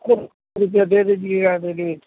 अरे रुपये दे दीजिएगा दीदी